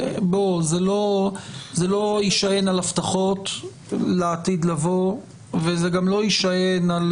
זה לא יישען על הבטחות לעתיד לבוא וזה גם לא יישען על